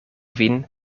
vin